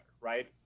right